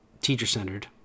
Teacher-centered